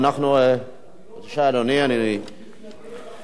אני לא מתנגד לחוק,